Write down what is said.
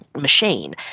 machine